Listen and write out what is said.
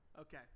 Okay